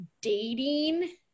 dating